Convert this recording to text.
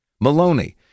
Maloney